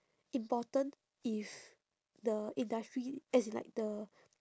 important if the industry as in like the